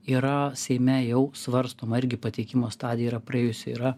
yra seime jau svarstoma irgi pateikimo stadija yra praėjusi yra